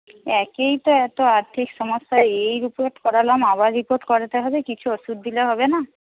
একেই তো এতো আর্থিক সমস্যা এই রিপোর্ট করালাম আবার কিছু রিপোর্ট করাতে হবে কিছু ওষুধ দিলে হবে না